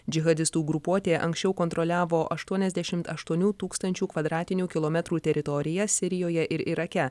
džihadistų grupuotė anksčiau kontroliavo aštuoniasdešimt aštuonių tūkstančių kvadratinių kilometrų teritoriją sirijoje ir irake